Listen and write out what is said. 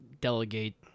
delegate